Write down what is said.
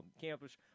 campus